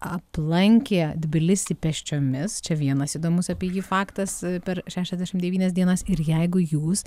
aplankė tbilisį pėsčiomis čia vienas įdomus apie jį faktas per šešiasdešimt devynias dienas ir jeigu jūs